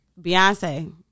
Beyonce